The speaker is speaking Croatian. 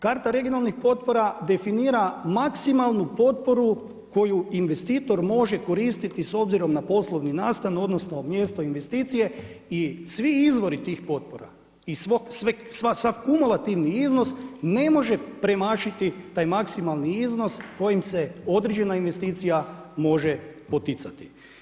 Karta regionalnih potpora definira maksimalnu potporu koju investitor može koristiti s obzirom na poslovni nastan odnosno mjesto investicije i svi izvori tih potpora i sav kumulativni iznos ne može premašiti taj maksimalni iznos kojim se određena investicija može poticati.